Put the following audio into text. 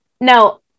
No